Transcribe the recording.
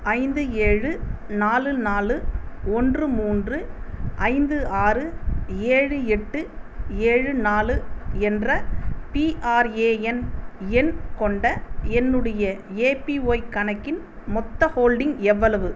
ஐந்து ஏழு நாலு நாலு ஒன்று மூன்று ஐந்து ஆறு ஏழு எட்டு ஏழு நாலு என்ற பிஆர்ஏஎன் எண் கொண்ட என்னுடைய ஏபிஒய் கணக்கின் மொத்த ஹோல்டிங் எவ்வளவு